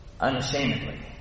unashamedly